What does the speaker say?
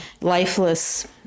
Lifeless